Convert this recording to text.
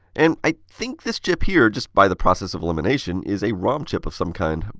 and i think this chip here, just by the process of elimination, is a rom chip of some kind.